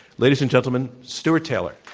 ladies and gentlemen, stuart taylor.